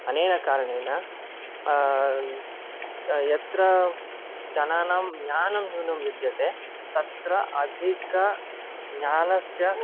अनेन कारणेन यत्र जनानां ज्ञानं न्यूनं विद्यते तत्र अधिक ज्ञानस्य